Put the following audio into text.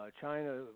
China